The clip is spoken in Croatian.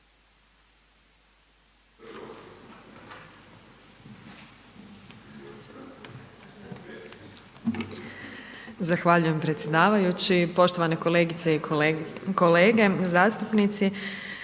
Zahvaljujem predsjedavajući. Poštovane kolegice i kolege zastupnici,